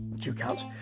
two-counts